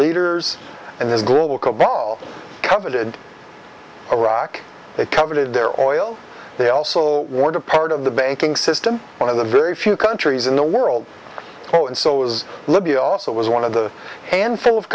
leaders and those global cobol coveted iraq they covered their oil they also were part of the banking system one of the very few countries in the world oh and so was libya also was one of the handful of